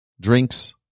drinks